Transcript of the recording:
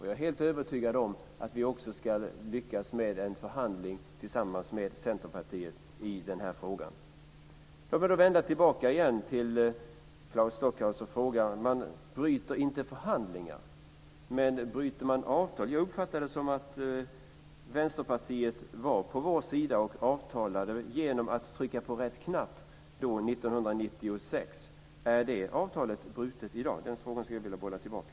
Jag är helt övertygad om att vi ska lyckas med en förhandling tillsammans med Centerpartiet i den här frågan. Låt mig vända tillbaka till Claes Stockhaus med en fråga. Man bryter inte förhandlingar, men bryter man avtal? Jag uppfattade det som att Vänsterpartiet var på vår sida genom att trycka på rätt knapp 1996. Är det avtalet brutet i dag? Den frågan vill jag bolla tillbaka.